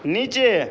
नीचे